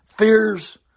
Fears